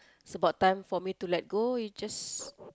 it's about time for me to let go we just